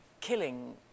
killing